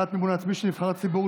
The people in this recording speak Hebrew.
הגבלת מימון עצמי של נבחרי ציבור),